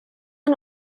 and